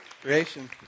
Creation